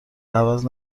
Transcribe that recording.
عوض